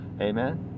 Amen